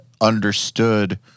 understood